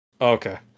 Okay